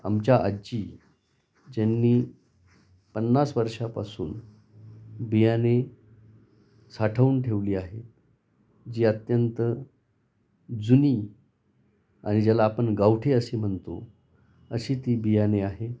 आमच्या आजी ज्यांनी पन्नास वर्षापासून बियाणे साठवून ठेवली आहेत जी अत्यंत जुनी आणि ज्याला आपण गावठी अशी म्हणतो अशी ती बियाणे आहेत